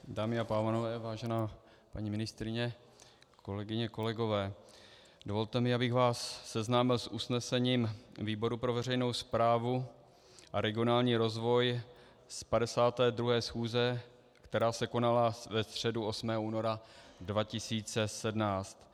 Dámy a pánové, vážená paní ministryně, kolegyně, kolegové, dovolte mi, abych vás seznámil s usnesením výboru pro veřejnou správu a regionální rozvoj z 52. schůze, která se konala ve středu 8. února 2017.